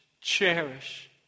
cherish